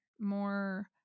more